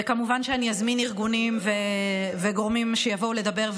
וכמובן שאני אזמין ארגונים וגורמים שיבואו לדבר.